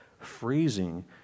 freezing